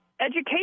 education